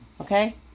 Okay